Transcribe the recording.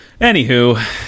Anywho